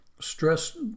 stress